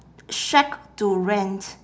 shack to rent